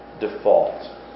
default